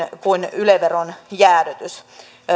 kuin yle veron jäädytys